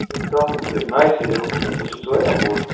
اَچھا دَہ وُہ ؤرۍ نایہِ سۭتۍ اوہ اوہ تیٚلہِ چھُکھ ژٕ وارِیاہ بوٚڑ